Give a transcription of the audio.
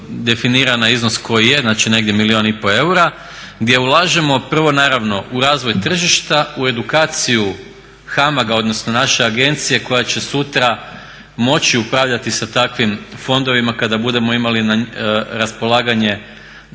definiran iznos koji je, znači negdje milijun i pol eura gdje ulažemo prvo naravno u razvoj tržišta, u edukaciju HAMAG-a odnosno naše agencije koja će sutra moći upravljati sa takvim fondovima kada ih budemo imali na raspolaganju